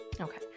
Okay